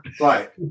right